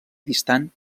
distant